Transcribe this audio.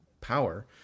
power